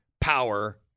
power